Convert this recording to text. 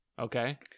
Okay